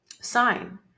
sign